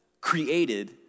created